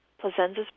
Plazenza's